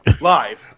Live